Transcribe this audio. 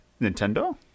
Nintendo